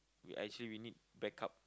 you actually we need backup